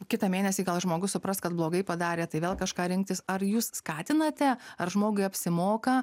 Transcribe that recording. kitą mėnesį gal žmogus supras kad blogai padarė tai vėl kažką rinktis ar jūs skatinate ar žmogui apsimoka